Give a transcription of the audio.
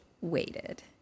waited